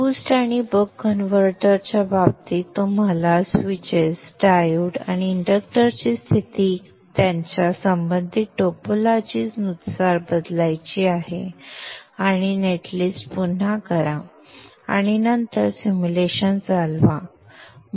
boost आणि buck boost converter च्या बाबतीत तुम्हाला स्विचेस डायोड आणि इंडक्टरची स्थिती त्यांच्या संबंधित टोपोलॉजी नुसार बदलायची आहे आणि नेट लिस्ट पुन्हा करा आणि नंतर सिम्युलेशन चालवा